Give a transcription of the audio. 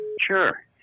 Sure